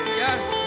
yes